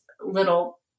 little